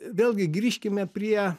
vėlgi grįžkime prie